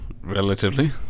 Relatively